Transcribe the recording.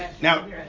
now